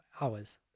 hours